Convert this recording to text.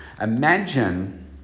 Imagine